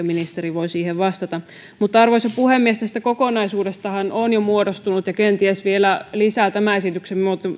ministeri voi siihen vastata arvoisa puhemies tästä kokonaisuudestahan on jo muodostunut ja kenties vielä lisää tämän esityksen myötä